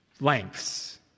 lengths